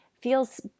feels